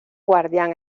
guardián